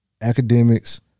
academics